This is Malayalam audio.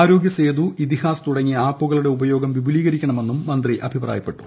ആരോഗ്യസേതു ഇതിഹാസ് തുടങ്ങിയ ആപ്പുകളുടെ ഉപയോഗം വിപുലീകരിക്കണമെന്നും മന്ത്രി അഭിപ്രായപ്പെട്ടു